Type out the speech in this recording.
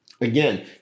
again